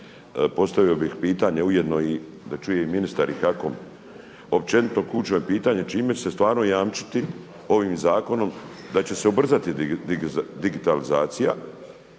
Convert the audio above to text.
postavio bih pitanje ujedno i da čuje i ministar i kako, općenito ključno je pitanje čime će se stvarno jamčiti ovim zakonom da će se ubrzati digitalizacija,